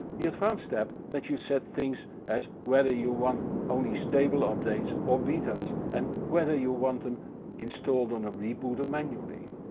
the advanced tab lets you set things as whether you want only stable updates or betas and whether you want them installed on reboot or manually.